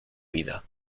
vida